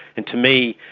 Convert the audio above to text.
and to me,